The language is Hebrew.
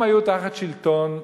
הם היו תחת שלטון,